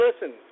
listen